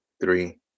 Three